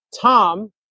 Tom